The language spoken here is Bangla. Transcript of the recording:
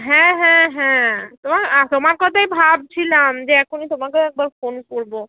হ্যাঁ হ্যাঁ হ্যাঁ তোমার তোমার কথাই ভাবছিলাম যে এখনই তোমাকেও একবার ফোন করব